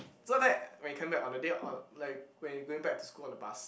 so that when you came back on the day on like when you going back to school on the bus